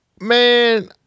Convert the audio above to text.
Man